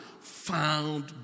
found